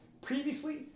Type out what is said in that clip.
Previously